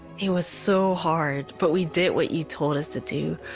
it was so hard! but we did what you told us to do.